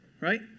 right